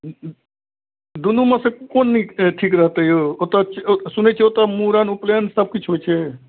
दुनूमेसँ कोन नीक छै ठीक रहतै यौ ओतऽ सुनू सुनै छिए ओतऽ मूड़न उपनैन सबकिछु होइ छै